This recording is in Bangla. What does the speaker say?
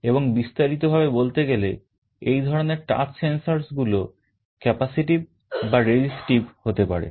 এবং বিস্তারিত ভাবে বলতে গেলে এই ধরনের touch sensors গুলো capacitive বা resistive হতে পারে